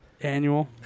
Annual